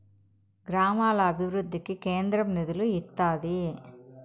గ్రామాల అభివృద్ధికి కేంద్రం నిధులు ఇత్తాది